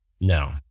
No